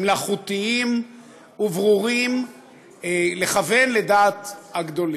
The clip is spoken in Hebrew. מלאכותיים וברורים לכוון לדעת הגדולים.